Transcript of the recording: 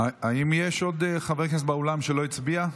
האם יש עוד חבר כנסת באולם שלא הצביע?